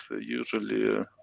usually